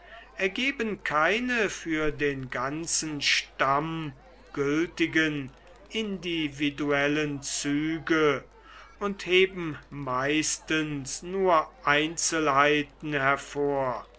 ergeben keine für den ganzen stamm gültigen individuellen züge und heben meistens nur einzelheiten hervor